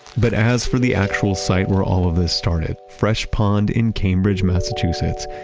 but as for the actual site where all of this started, fresh pond in cambridge, massachusetts,